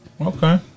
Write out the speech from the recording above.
Okay